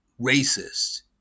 racist